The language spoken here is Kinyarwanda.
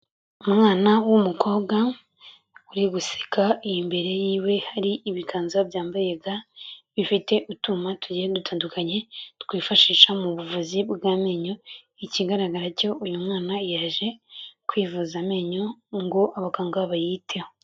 Umwana w'umukobwa uri guseka imbere yiwe hari ibiganza byambaye ga bifite utwuma tugiye dutandukanye twifashisha mu buvuzi bw'amenyo. Ikigaragara cyo uyu mwana yaje kwivuza amenyo ngo abaganga bayiteho.